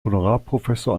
honorarprofessor